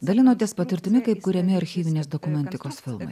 dalinotės patirtimi kaip kuriami archyvinės dokumentikos filmai